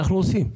אנחנו עושים.